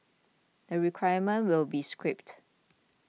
the requirement will be scrapped